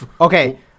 Okay